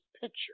picture